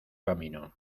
camino